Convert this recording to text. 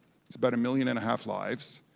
it's about a million and a half lives,